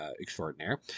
extraordinaire